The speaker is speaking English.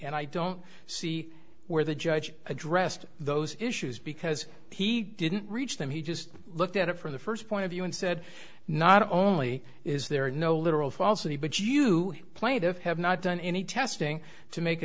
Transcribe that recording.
and i don't see where the judge addressed those issues because he didn't reach them he just looked at it from the first point of view and said not only is there no literal falsity but you plaintive have not done any testing to make a